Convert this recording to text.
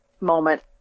moment